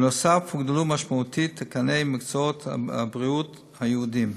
נוסף על כך הוגדלו משמעותית תקני מקצועות הבריאות הייעודיים,